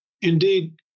Indeed